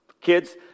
Kids